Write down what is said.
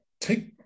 take